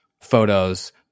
photos